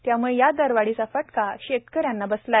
त्यामुळे हया दरवाढीचा फटका शेतकऱ्यांना बसत आहे